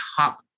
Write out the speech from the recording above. top